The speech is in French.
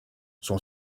son